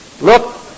Look